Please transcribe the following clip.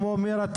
כמו מירה,